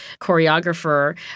choreographer